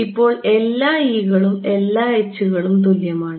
ഇപ്പോൾ എല്ലാ e കളും എല്ലാ h കൾക്കും തുല്യമാണ്